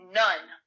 none